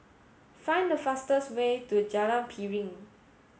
find the fastest way to Jalan Piring